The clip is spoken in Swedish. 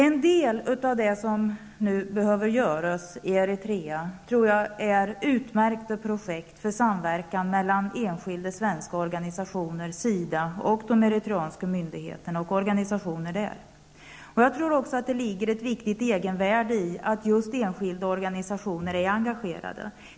En del av det som nu skall göras i Eritrea är utmärkta projekt för samverkan mellan enskilda svenska organisationer, SIDA, de eritreanska myndigheterna och organisationer i Eritrea. Jag tror också att det ligger ett viktigt egenvärde i att just enskilda organisationer är engagerade.